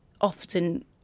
often